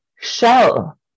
shell